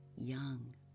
young